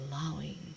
allowing